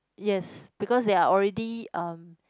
yes because they are already um